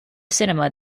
cinema